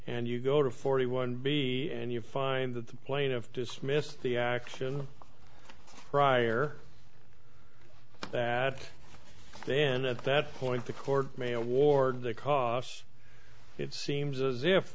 and you go to forty one b and you find that the plaintiff dismissed the action prior to that then at that point the court may award the coffs it seems as if